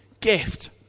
gift